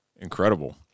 Incredible